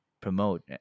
promote